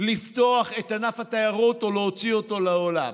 לפתוח את ענף התיירות או להוציא אותו לעולם.